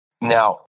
Now